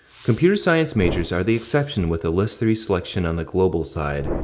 computer science majors are the exception with the list three selection on the global side,